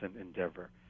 endeavor